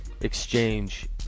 exchange